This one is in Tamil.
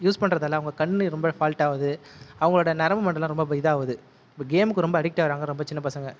யூஸ் பண்ணுறதால அவங்க கண் ரொம்ப ஃபால்ட் ஆகுது அவர்களோட நரம்பு மண்டலமும் இதுவாகுது கேமுக்கு ரொம்ப அடிக்ட் ஆகிறாங்க ரொம்ப சின்ன பசங்கள்